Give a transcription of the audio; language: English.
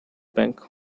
banks